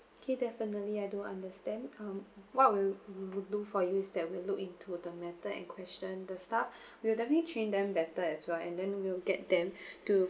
okay definitely I do understand um what we will we do for you is that we'll look into the matter and question the staff we'll definitely train them better as well and then we'll get them to